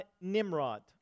Nimrod